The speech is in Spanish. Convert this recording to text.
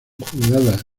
jugada